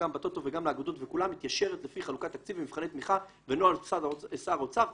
החברים הללו ששר הספורט ימנה,